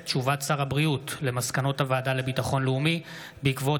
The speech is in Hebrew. הודעת שר הבריאות על מסקנות הוועדה לביטחון לאומי בעקבות